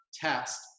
test